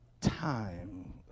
time